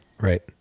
Right